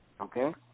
Okay